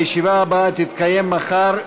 הישיבה הבאה תתקיים מחר,